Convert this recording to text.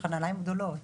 יש לך נעליים גדולות,